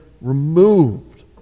removed